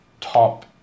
top